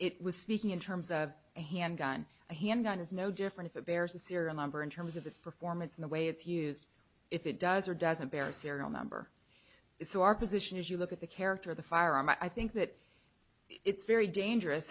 it was speaking in terms of a handgun a handgun is no different if it bears a serial number in terms of its performance in the way it's used if it does or doesn't bear serial number so our position is you look at the character of the firearm i think that it's very dangerous